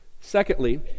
Secondly